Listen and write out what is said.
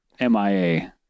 MIA